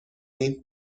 ایم